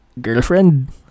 girlfriend